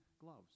gloves